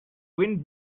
wind